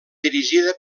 dirigida